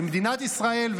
במדינת ישראל,